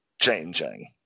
changing